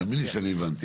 תאמין לי שאני הבנתי.